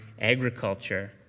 agriculture